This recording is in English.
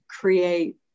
create